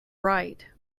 right